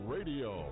Radio